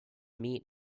meet